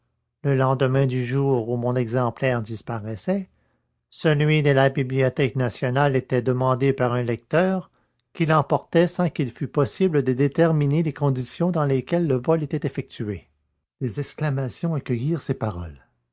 le lendemain du jour où mon exemplaire disparaissait celui de la bibliothèque nationale était demandé par un lecteur qui l'emportait sans qu'il fût possible de déterminer les conditions dans lesquelles le vol était effectué des exclamations accueillirent ces paroles